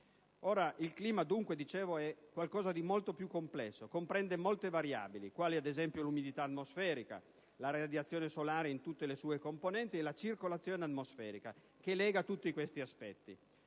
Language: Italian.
il clima è qualcosa di molto più complesso, comprende molte variabili, quali ad esempio l'umidità atmosferica, la radiazione solare, in tutte le sue componenti e la circolazione atmosferica che lega tutti questi aspetti.